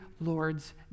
Lord's